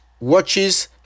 watches